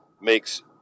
makes